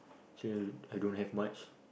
actually I don't have much